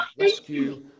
rescue